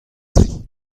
tri